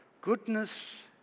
Goodness